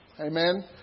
Amen